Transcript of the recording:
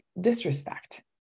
disrespect